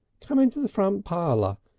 come into the front parlour.